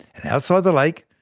and outside the lake,